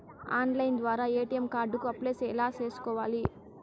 Online ద్వారా ATM card కు apply ఎట్లా సేసుకోవాలి?